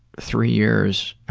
three years,